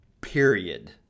period